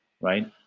right